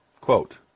Quote